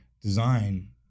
Design